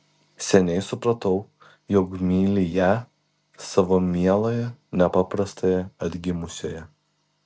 seniai supratau jog myli ją savo mieląją nepaprastąją atgimusiąją